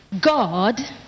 God